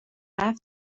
رفت